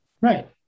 Right